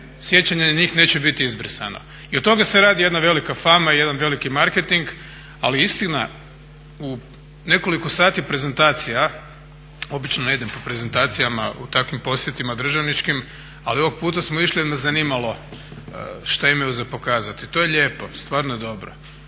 sjećanja na njih neće biti izbrisana. I od toga se radi jedna velika fama i jedan veliki marketing. Ali istina u nekoliko sati prezentacija, obično ne idem po prezentacijama u takvim posjetima državničkim, ali ovog puta smo išli jer me zanimalo što ima za pokazati. To je lijepo, stvarno je dobro.